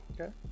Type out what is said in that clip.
okay